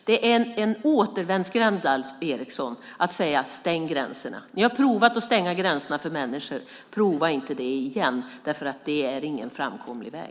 Det är en återvändsgränd, Alf Eriksson, att säga: Stäng gränserna. Ni har provat att stänga gränserna för människor. Prova inte det igen. Det är ingen framkomlig väg.